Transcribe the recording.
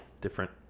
different